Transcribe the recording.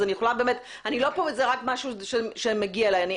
אני לא כאן כמי שמגיע אליה משהו אלא